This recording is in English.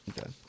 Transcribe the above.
Okay